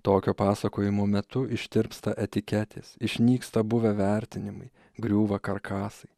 tokio pasakojimo metu ištirpsta etiketės išnyksta buvę vertinimai griūva karkasai